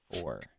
four